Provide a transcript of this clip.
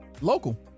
Local